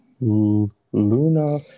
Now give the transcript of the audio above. Luna